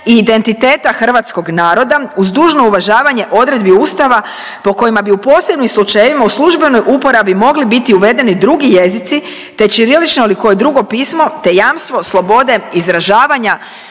i identiteta hrvatskog naroda uz dužno uvažavanje odredbi Ustava po kojima bi u posebnim slučajevima u službenoj uporabi mogli biti uvedeni drugi jezici te čirilično ili koje drugo pismo te jamstvo slobode izražavanja